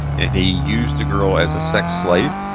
and he used the girl as a sex slave.